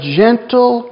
gentle